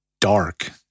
dark